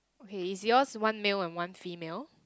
okay is yours one male and one female